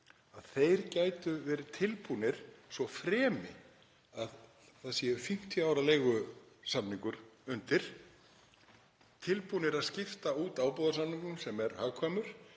Þeir gætu verið tilbúnir, svo fremi að það sé 50 ára leigusamningur undir, að skipta út ábúðarsamningnum, sem er hagkvæmur,